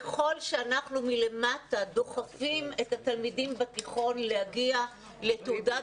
ככל שאנחנו מלמטה דוחפים את התלמידים בתיכון להגיע לתעודת